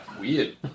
weird